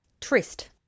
Tryst